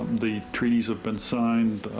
the treaty's have been signed.